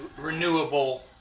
Renewable